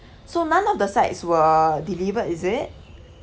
so none of the sides were delivered is it